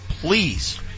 Please